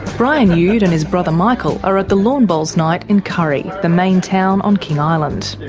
brian youd's and his brother michael are at the lawn bowls night in currie, the main town on king island.